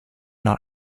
not